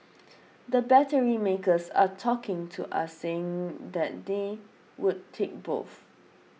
the battery makers are talking to us saying that they would take both